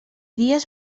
dies